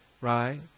Right